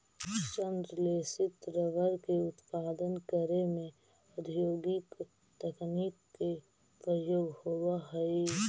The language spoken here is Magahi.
संश्लेषित रबर के उत्पादन करे में औद्योगिक तकनीक के प्रयोग होवऽ हइ